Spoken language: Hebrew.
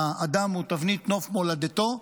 אדם הוא תבנית נוף מולדתו,